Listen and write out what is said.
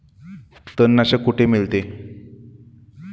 तणनाशक कुठे मिळते?